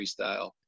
freestyle